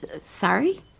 Sorry